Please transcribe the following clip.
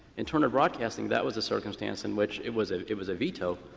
in turner broadcasting, that was a circumstance in which it was ah it was a veto,